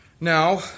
Now